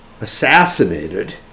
assassinated